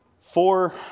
four